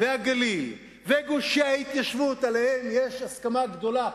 והגליל וגושי ההתיישבות שעליהם יש הסכמה גדולה,